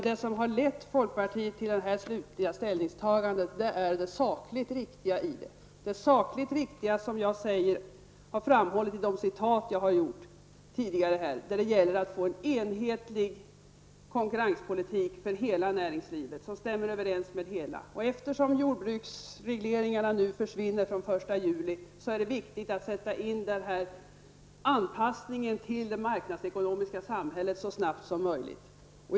Det som har lett folkpartiet till det slutliga ställningstagandet är det sakligt riktiga i det som jag har framhållit i mina citat tidigare. Det gäller att få en enhetlig konkurrenspolitik för hela näringslivet. Eftersom jordbrukets reglering nu försvinner från den 1 juli, är det viktigt att sätta in anpassningen till det marknadsekonomiska samhället så snart som möjligt.